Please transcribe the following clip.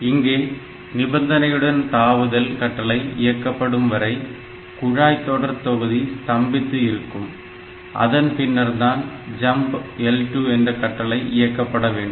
இங்கே நிபந்தனையுடன் தாவுதல் கட்டளை இயக்கப்படும் வரை குழாய் தொடர் தொகுதி ஸ்தம்பித்து இருக்கும் அதன்பின்னர்தான் jump L2 என்ற கட்டளை இயக்கப்பட வேண்டும்